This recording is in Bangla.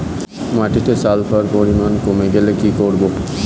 মাটিতে সালফার পরিমাণ কমে গেলে কি করব?